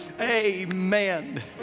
Amen